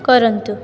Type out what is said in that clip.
କରନ୍ତୁ